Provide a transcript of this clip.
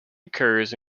occurs